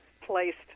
placed